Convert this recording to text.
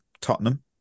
Tottenham